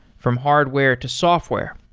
from hardware to software,